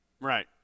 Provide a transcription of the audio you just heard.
right